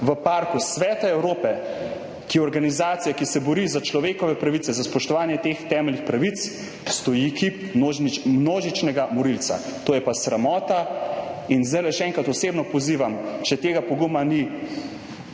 v Parku Sveta Evrope, ki je organizacija, ki se bori za človekove pravice, za spoštovanje teh temeljnih pravic, stoji kip množičnega morilca. To je pa sramota. In zdajle še enkrat osebno pozivam, če tega poguma ni